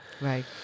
Right